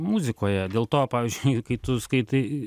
muzikoje dėl to pavyzdžiui kai tu skaitai